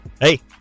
Hey